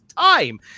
time